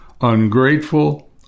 ungrateful